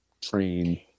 train